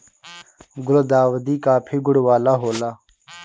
गुलदाउदी काफी गुण वाला होला